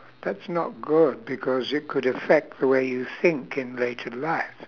that's not good because it could affect the way you think in later life